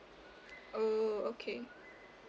oh okay